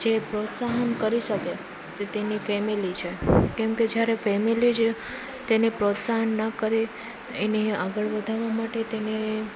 જે પ્રોત્સાહન કરી શકે તે તેની ફેમેલી છે કેમકે જ્યારે ફેમેલી જ તેને પ્રોત્સાહન ન કરે એની આગળ વધવા માટે તેને